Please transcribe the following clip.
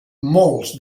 molts